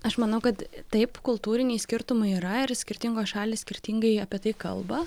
aš manau kad taip kultūriniai skirtumai yra ir skirtingos šalys skirtingai apie tai kalba